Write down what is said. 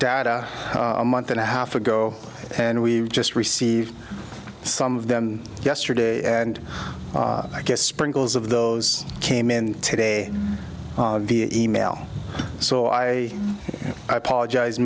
data month and a half ago and we've just received some of them yesterday and i guess sprinkles of those came in today via e mail so i apologize